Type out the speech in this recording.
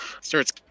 Starts